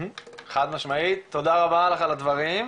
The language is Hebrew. חד משמעית, תודה רבה לך על הדברים,